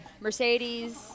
Mercedes